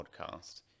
podcast